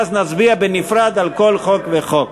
ואז נצביע בנפרד על כל חוק וחוק.